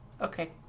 Okay